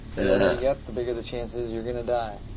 the older you get, the bigger the chances you're gonna die.